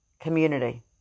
community